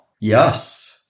Yes